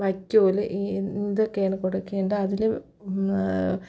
വൈക്കോൽ ഈ ഇതൊക്കെയാണ് കൊടുക്കേണ്ട അതിൽ